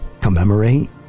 commemorate